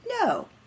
no